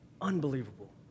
Unbelievable